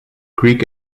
greek